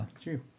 True